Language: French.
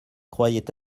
croyait